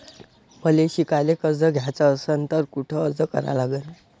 मले शिकायले कर्ज घ्याच असन तर कुठ अर्ज करा लागन?